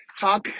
talk